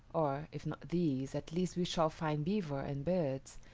or, if not these, at least we shall find beaver and birds,